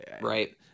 Right